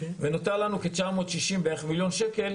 ונותר לנו כ-960 מיליון שקלים